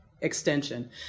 extension